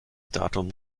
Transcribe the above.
datum